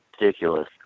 ridiculous